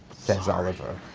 says oliver,